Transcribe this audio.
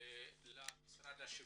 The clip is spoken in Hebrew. למשרד השיכון.